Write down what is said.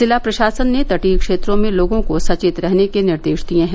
जिला प्रशासन ने तटीय क्षेत्रों में लोगों को सचेत रहने के निर्देश दिये हैं